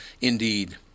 Indeed